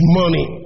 money